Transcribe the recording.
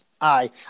Aye